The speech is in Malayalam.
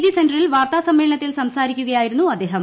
ജി സെന്ററിൽ വാർത്താ സമ്മേളനത്തിൽ സംസാരിക്കുകയായിരുന്നു അദ്ദേഹം